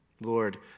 Lord